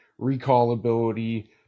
recallability